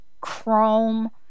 chrome